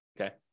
okay